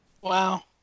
Wow